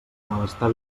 malestar